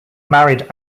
married